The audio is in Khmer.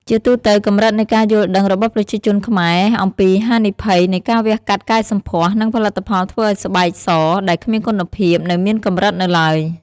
ជាទូទៅ កម្រិតនៃការយល់ដឹងរបស់ប្រជាជនខ្មែរអំពីហានិភ័យនៃការវះកាត់កែសម្ផស្ស និងផលិតផលធ្វើឱ្យស្បែកសដែលគ្មានគុណភាព នៅមានកម្រិតនៅឡើយ។